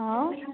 ହଁ